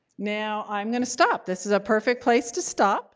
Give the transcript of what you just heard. now, i'm going to stop. this is a perfect place to stop.